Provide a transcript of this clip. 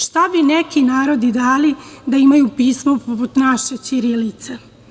Šta bi neki narodi dali da imaju pismo poput naše ćirilice.